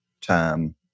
time